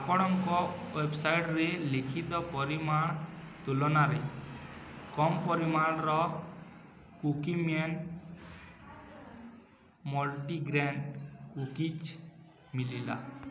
ଆପଣଙ୍କ ୱେବ୍ସାଇଟ୍ରେ ଲିଖିତ ପରିମାଣ ତୁଳନାରେ କମ୍ ପରିମାଣର କୁକୀମ୍ୟାନ୍ ମଲ୍ଟିଗ୍ରେନ୍ କୁକିଜ୍ ମିଳିଲା